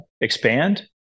expand